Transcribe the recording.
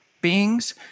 beings